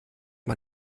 man